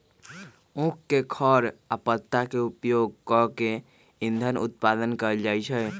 उख के खर आ पत्ता के उपयोग कऽ के इन्धन उत्पादन कएल जाइ छै